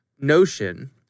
notion